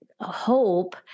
hope